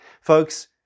Folks